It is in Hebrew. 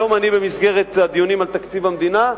היום, במסגרת הדיונים על תקציב המדינה,